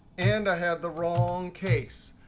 and i had the wrong case.